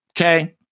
okay